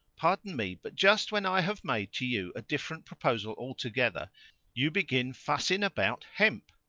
pardon me, but just when i have made to you a different proposal altogether you begin fussing about hemp!